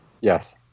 Yes